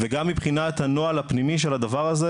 וגם מבחינת הנוהל הפנימי של הדבר הזה,